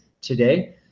today